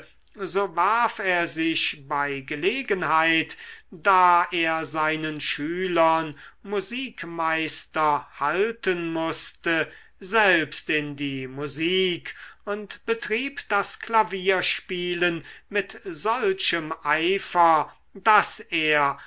so warf er sich bei gelegenheit da er seinen schülern musikmeister halten mußte selbst in die musik und betrieb das klavierspielen mit solchem eifer daß er